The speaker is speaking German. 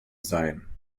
sein